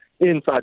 inside